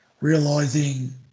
realizing